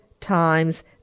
times